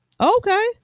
Okay